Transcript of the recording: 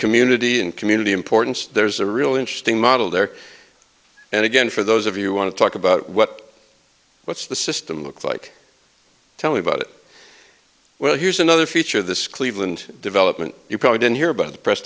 community and community important there's a real interesting model there and again for those of you want to talk about what what's the system look like tell me about it well here's another feature of this cleveland development you probably didn't hear about the press